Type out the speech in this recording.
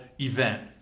event